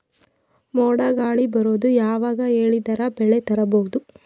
ಮೋಡ ಗಾಳಿ ಬರೋದು ಯಾವಾಗ ಹೇಳಿದರ ಬೆಳೆ ತುರಬಹುದು?